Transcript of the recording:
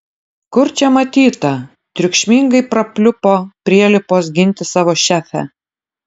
kur čia matyta triukšmingai prapliupo prielipos ginti savo šefę